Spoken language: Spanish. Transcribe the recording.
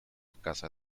casa